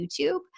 YouTube